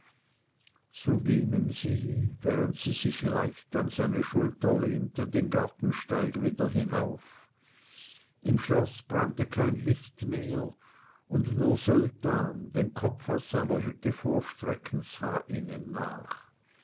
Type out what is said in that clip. so gingen sie während sie sich leicht an seine schulter lehnte den gartensteig wieder hinauf im schloß brannte kein licht mehr und nur sultan den kopf aus seiner hütte vorstreckend sah ihnen nach